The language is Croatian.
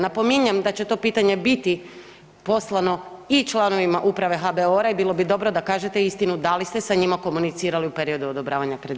Napominjem da će to pitanje biti poslano i članovima Uprave HBOR-a i bilo bi dobro da kažete istinu, da li ste sa njima komunicirali u periodu odobravanja kredita?